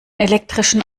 elektrischen